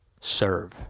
serve